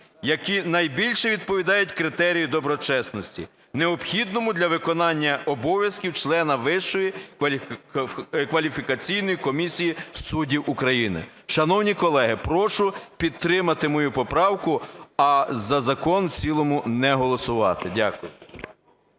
які найбільше відповідають критерію доброчесності, необхідному для виконання обов'язків члена Вищої кваліфікаційної комісії суддів України. Шановні колеги, прошу підтримати мою поправку, а за закон в цілому не голосувати. Дякую.